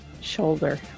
shoulder